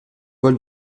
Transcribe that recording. vol